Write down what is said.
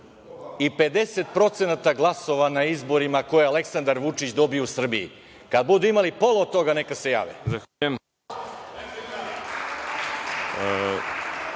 i 50% glasova na izborima koje je Aleksandar Vučić dobio u Srbiji. Kada budu imali pola od toga, neka se jave.